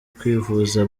kwivuza